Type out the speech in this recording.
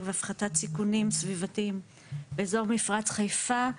והפחתת סיכונים סביבתיים באזור מפרץ חיפה,